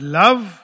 love